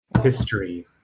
history